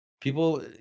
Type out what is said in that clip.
people